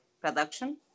production